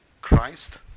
Christ